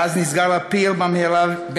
// ואז נסגר הפיר במהרה,